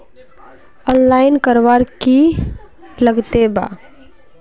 Online करवार की लगते वा?